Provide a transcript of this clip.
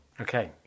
Okay